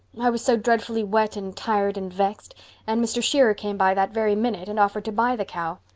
i was so dreadfully wet and tired and vexed and mr. shearer came by that very minute and offered to buy the cow.